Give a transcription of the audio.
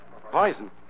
Poison